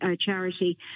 charity